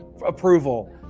approval